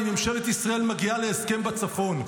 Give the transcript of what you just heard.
אם ממשלת ישראל מגיעה להסכם בצפון,